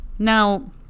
Now